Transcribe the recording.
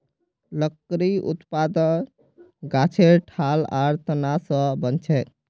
लकड़ी उत्पादन गाछेर ठाल आर तना स बनछेक